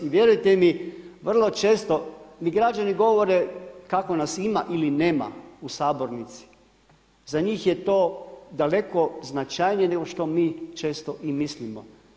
I vjerujte mi, vrlo često mi građani govore kako nas ima ili nema u sabornici, za njih je to daleko značajnije nego što mi često i mislimo.